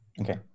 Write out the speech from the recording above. Okay